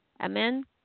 Amen